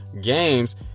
games